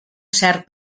cert